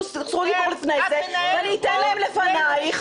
זכות דיבור לפני זה ואני אתן להם לפנייך.